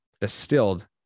distilled